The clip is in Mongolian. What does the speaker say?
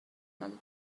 надад